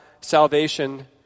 salvation